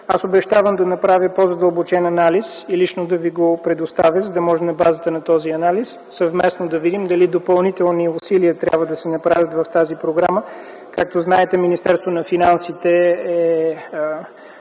Аз обещавам да направя по-задълбочен анализ и лично да Ви го предоставя, за да може на базата на този анализ съвместно да видим, дали допълнителни усилия трябва да се направят в тази програма. Както знаете Министерството на финансите е